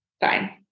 Fine